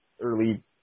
early